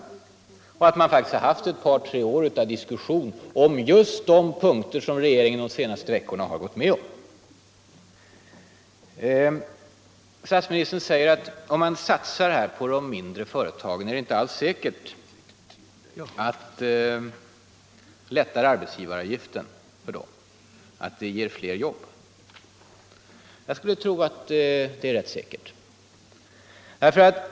Jag sade att man faktiskt har haft ett par tre år av diskussion om just de punkter som regeringen de senaste veckorna har gått med på. Om man satsar på de mindre företagen, säger statsministern, är det inte alls säkert att minskade arbetsgivaravgifter för dessa företag ger fler jobb. Jag skulle tro att det är rätt säkert.